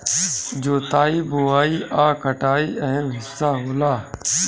जोताई बोआई आ कटाई अहम् हिस्सा होला